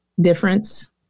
difference